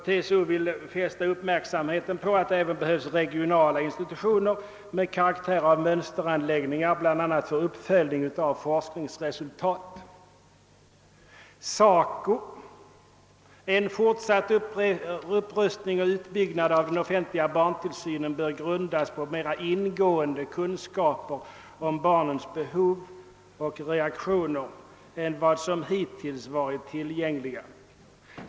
TCO fäster uppmärksamheten på att det även behövs regionala institutioner med karaktär av mönsteranläggningar, bl.a. för uppföljning av forskningsresultat. SACO anser att en fortsatt upprustning och utbyggnad av den offentliga barntillsynen bör grundas på mer ingående kunskaper om barnens behov och reaktioner än vad som hittills varit tillgängliga.